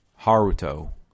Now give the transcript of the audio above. Haruto